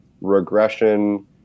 regression